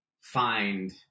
find